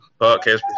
podcast